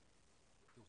תודה רבה.